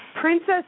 Princess